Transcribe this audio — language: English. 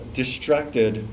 distracted